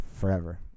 forever